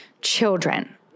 children